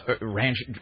ranch